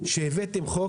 שהבאתם חוק